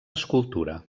escultura